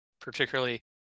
particularly